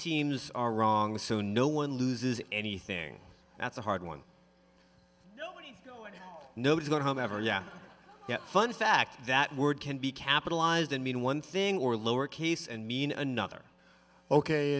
teams are wrong so no one loses anything that's a hard one nobody's going home ever yeah yeah fun fact that word can be capitalized and mean one thing or lowercase and mean another ok